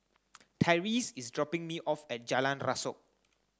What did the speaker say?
Tyrese is dropping me off at Jalan Rasok